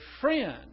friend